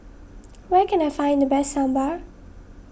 where can I find the best Sambar